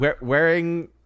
wearing